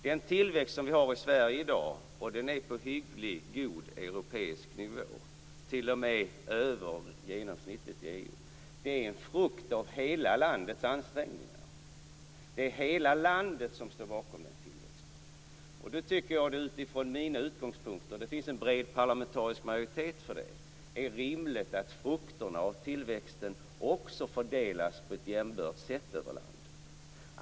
Den tillväxt vi har i Sverige i dag - och den är på hygglig, god europeisk nivå, t.o.m. över genomsnittet i EU - är en frukt av hela landets ansträngningar. Det är hela landet som står bakom den tillväxten. Och då tycker jag utifrån mina utgångspunkter - och det finns en bred parlamentarisk majoritet för det - att det är rimligt att frukterna av tillväxten också fördelas på ett jämbördigt sätt över landet.